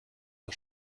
der